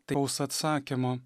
toks atsakymo